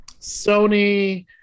Sony